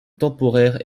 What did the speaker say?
temporaire